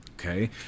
okay